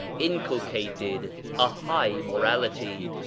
inculcated a high morality,